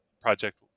project